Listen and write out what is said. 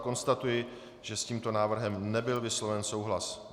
Konstatuji, že s tímto návrhem nebyl vysloven souhlas.